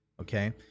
okay